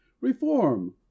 Reform